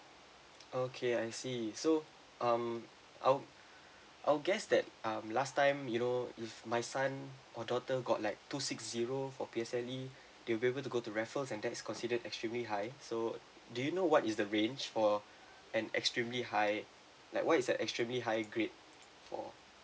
okay I see so um I'll I'll guess that um last time you know if my son or daughter got like two six zero for P_S_L_E they'll be able to go to raffles and that's considered extremely high so do you know what is the range for an extremely high like what is that extremely high grade for